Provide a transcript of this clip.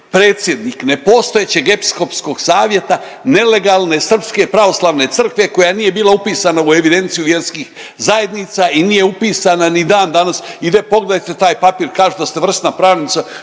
predsjednik nepostojećeg episkopskog savjeta nelegalne Srpske pravoslavne crkve koja nije bila upisana u evidenciju vjerskih zajednica i nije upisana ni dan danas. Pogledajte taj papir, kažu da ste vrsna pravnica,